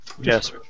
Yes